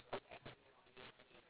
hardest thing ah